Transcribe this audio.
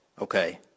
Okay